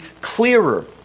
clearer